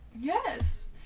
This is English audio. Yes